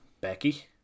Becky